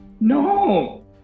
No